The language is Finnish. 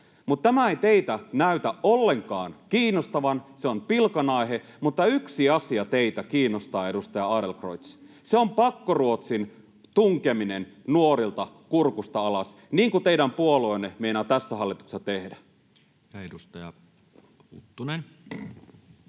tämä ei teitä näytä ollenkaan kiinnostavan — se on pilkan aihe — mutta yksi asia teitä kiinnostaa, edustaja Adlercreutz: se on pakkoruotsin tunkeminen nuorilta kurkusta alas, niin kuin teidän puolueenne meinaa tässä hallituksessa tehdä. [Speech